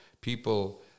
people